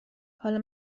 حالا